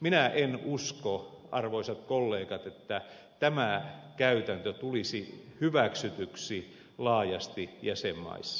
minä en usko arvoisat kollegat että tämä käytäntö tulisi hyväksytyksi laajasti jäsenmaissa